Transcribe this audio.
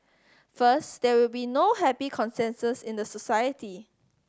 first there will be no happy consensus in the society